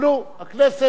הכנסת אישרה.